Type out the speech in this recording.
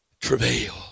Travail